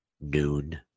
noon